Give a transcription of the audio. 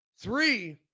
three